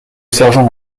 sergent